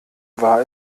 war